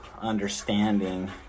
understanding